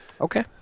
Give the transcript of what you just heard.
Okay